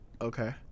Okay